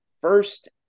first